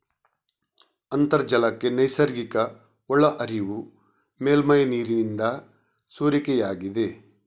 ಅಂತರ್ಜಲಕ್ಕೆ ನೈಸರ್ಗಿಕ ಒಳಹರಿವು ಮೇಲ್ಮೈ ನೀರಿನಿಂದ ಸೋರಿಕೆಯಾಗಿದೆ